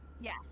Yes